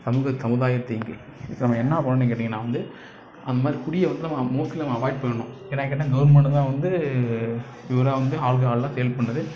சமூக சமூதாயத் தீங்கு அதுக்கு நம்ம என்னா பண்ணனுன்னு கேட்டீங்கன்னா வந்து அந்தமாரி குடிய வந்து நம்ம மோஸ்ட்லி நம்ம அவாய்ட் பண்ணனும் என்ன கேட்டா கவுர்மெண்ட்டு தான் வந்து இவ்ளோ வந்து ஆல்கஹால்லாக சேல் பண்ணுறது